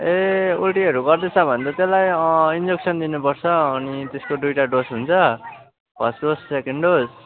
ए उल्टिहरू गर्दैछ भने त त्यसलाई इन्जेक्सन दिनुपर्छ अनि त्यसको दुईवटा डोज हुन्छ फर्स्ट डोज सेकेन्ड डोज